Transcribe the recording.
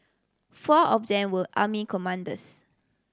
four of them were army commandos